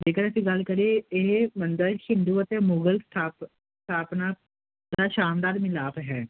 ਜੇਕਰ ਅਸੀਂ ਗੱਲ ਕਰੇ ਇਹ ਮੰਦਰ ਚ ਹਿੰਦੂ ਅਤੇ ਮੁਗਲ ਸਟਾਫ ਸਥਾਪਨਾ ਦਾ ਸ਼ਾਨਦਾਰ ਮਿਲਾਪ ਹੈ